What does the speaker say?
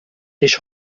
ich